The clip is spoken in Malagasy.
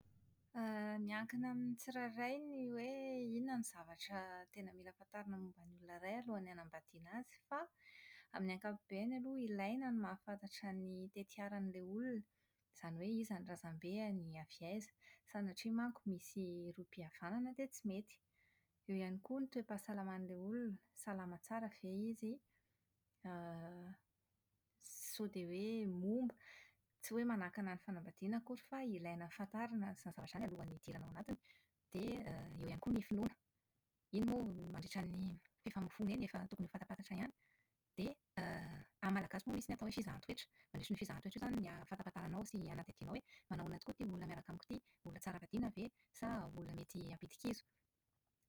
> Miankina amin'ny tsirairay ny hoe inona ny zavatra tena mila fantarina momba ny olona iray alohan'ny hanambadiana azy fa, amin'ny ankapobeny aloha ilaina ny mahafantatra ny tetiaran'ilay olona, izany hoe iza ny razambeny, avy aiza? Sanatria manko misy rohim-pihavanana dia tsy mety. Eo ihany koa ny toepahasalaman'ilay olona: salama tsara ve izy, sao dia hoe momba? Tsy hoe manakana ny fanambadiana akory fa ilaina fantarina izany zavatra izany alohan'ny hidirana ao anatiny. Dia > eo ihany koa ny finoana. Iny moa mandritra ny fifamofoana eny dia tokony efa fantampantatra ihany, dia > amin'ny Malagasy moa misy ny atao hoe fizahan-toetra. Mandritra io fizahan-toetra io izany no ahafantampataranao sy hanadihadianao hoe manao ahoana tokoa ity olona miaraka amiko ity: olona tsara vadiana ve, sa olona mety hampidi-kizo?